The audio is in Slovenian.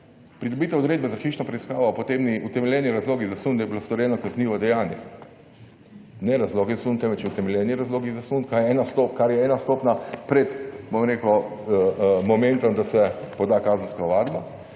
pridobitev odredbe za hišno preiskavo potem utemeljeni razlogi za sum, da je bilo storjeno kaznivo dejanje. Ne razlogi sum, temveč utemeljeni razlogi za sum, kar je ena stopnja pred momentom, da se poda kazenska ovadba,